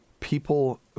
People